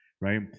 right